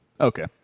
Okay